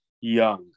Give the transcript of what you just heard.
Young